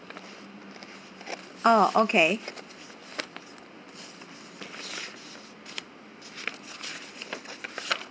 ah okay